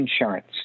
insurance